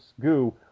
goo